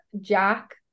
Jack